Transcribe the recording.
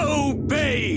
obey